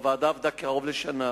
הוועדה עבדה קרוב לשנה.